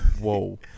Whoa